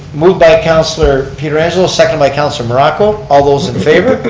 moved by councilor pietrangelo, seconded by councilor morocco. all those in favor?